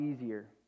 easier